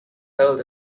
held